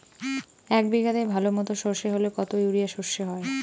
এক বিঘাতে ভালো মতো সর্ষে হলে কত ইউরিয়া সর্ষে হয়?